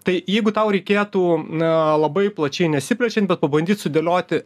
tai jeigu tau reikėtų na labai plačiai nesiplečiant bet pabandyt sudėlioti